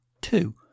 two